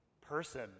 person